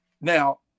Now